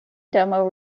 demo